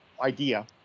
idea